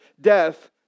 death